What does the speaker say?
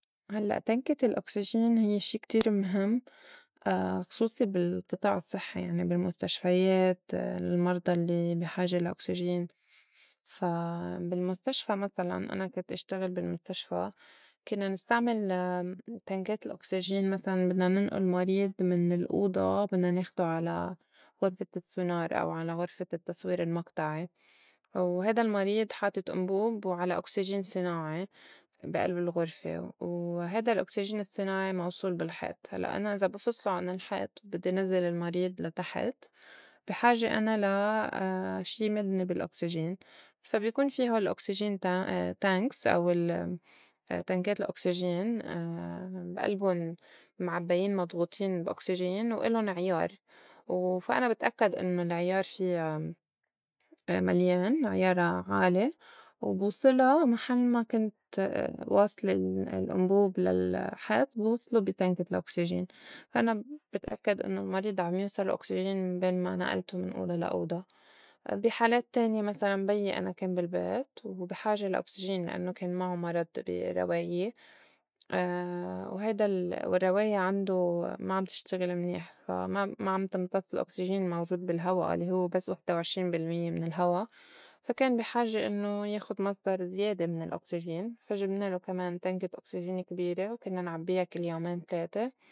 هلّأ تنكة الأوكسجين هيّ شي كتير مهم خصوصي بالقطاع الصحّي. يعني بالمستشفيات المرضى الّي بي حاجة لأوكسجين فا بالمُستشفى مسلاً أنا كنت اشتغل بالمستشفى كنّا نستعمل تنكات الأوكسجين مسلاً بدنا ننقُل مريض من الأوضى بدنا ناخدو على غرفة السّونار أو غرفة التّصوير المقطعي، وهيدا المريض حاطت أنبوب وعلى أوكسجين صِناعي بي ألب الغُرفة، وهيدا الأوكسجين الصناعي موصول بالحيط. هلّأ أنا إذا بفصله عن الحيط بدّي نزّل المريض لتحت بي حاجة أنا لا شي يمدني بالأوكسجين، فا بيكون في هول الأوكسجين ta- tanks أو ال تنكات الأوكسجين بي ألبُن معباين مضغوطين بي أوكسجين والُن عيار. و فا أنا بتأكّد إنّو العيار فيا مليان عيارا عالي، وبوصلا محل ما كنت واصلة الأنبوب للحيط بوصله بي تنكة الأوكسجين. فا أنا بتأكّد إنّو المريض عم يوصله أوكسجين بين ما نئلته من أوضى لا أوضى. بي حالات تانية مسلاً بيي أنا كان بالبيت وبي حاجة لأوكسجين لأنوا كان معو مرض بي رواياه، وهيدا ال- والرّواية عنده ما عم تشتغل منيح، فا ما- ما عم تمتص الأوكسجين موجود بالهوا اللّي هوّ بس وحدة وعشرين بالميّة من الهوا. فا كان بي حاجة إنّو ياخُد مصدر زيادة من الأوكسجين، فا جبنالو كمان تنكة أوكسجين كبيرة وكنّا نعبيا كل يومين تلاته.